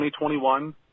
2021